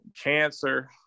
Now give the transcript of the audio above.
cancer